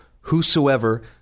Whosoever